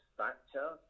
factor